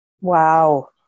Wow